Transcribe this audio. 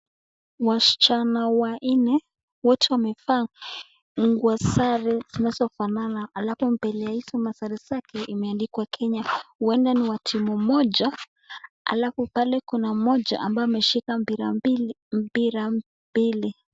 Wasichana wanne wote wamevaa nguo nne zinazofanana alafu mbele ya hizo masare hizi zake uenda ni wa timu moja alafu pale kuna moja ambaye ameshika Moira mbili.